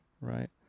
right